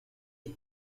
des